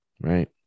Right